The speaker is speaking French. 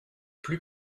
plus